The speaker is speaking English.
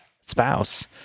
spouse